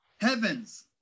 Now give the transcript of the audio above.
heavens